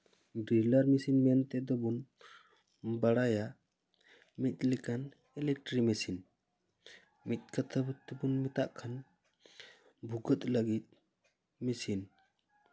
driller machine ᱢᱮᱱ ᱛᱮᱫᱚ ᱵᱚᱱ ᱵᱟᱲᱟᱭᱟ ᱢᱤᱫᱞᱮᱠᱟᱱ ᱤᱞᱮᱠᱴᱨᱤ ᱢᱮᱥᱤᱱ ᱢᱤᱫ ᱠᱟᱛᱷᱟ ᱛᱮᱵᱚᱱ ᱢᱮᱛᱟᱜ ᱠᱷᱟᱱ ᱵᱷᱩᱜᱟᱹᱜ ᱞᱟᱹᱜᱤᱫ ᱢᱮᱥᱤᱱ